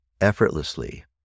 effortlessly